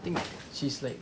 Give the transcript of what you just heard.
I think she's like